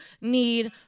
need